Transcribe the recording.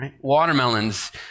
Watermelons